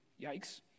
Yikes